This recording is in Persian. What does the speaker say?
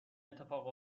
اتفاق